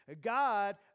God